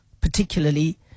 particularly